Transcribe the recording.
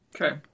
Okay